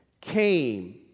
came